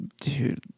Dude